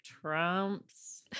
Trump's